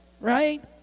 right